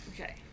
Okay